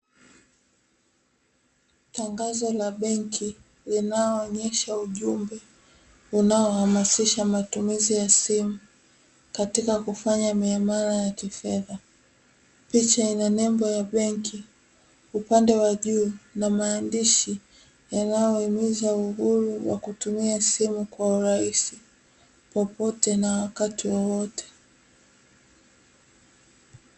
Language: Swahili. Tangazo la benki linaloonesha ujumbe unaohaamasisha matumizi ya simu, katika kufanya miamala ya kifedha, picha inanembo ya benki upande wa juu na maandishi yanayohimiza uhuru kutumia Simu kwa urahisi popote na wakati wowote.